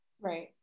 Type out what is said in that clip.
Right